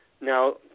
Now